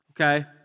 okay